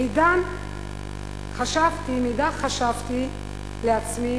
מאידך גיסא, חשבתי לעצמי,